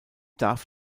darf